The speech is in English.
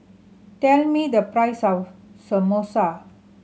tell me the price of Samosa